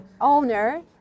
owner